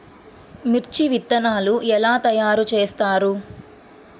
మిర్చి విత్తనాలు ఎలా తయారు చేస్తారు?